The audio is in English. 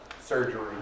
surgery